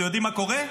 אתם יודעים מה קורה?